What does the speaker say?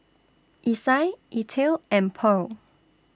Isai Ethyl and Purl